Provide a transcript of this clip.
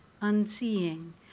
unseeing